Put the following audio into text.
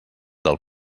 del